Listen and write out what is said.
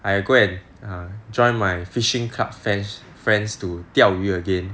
I go and err join my fishing club friends friends to 钓鱼 again